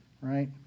right